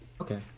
Okay